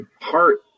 heart